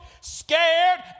scared